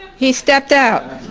he stepped out.